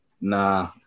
Nah